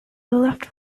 left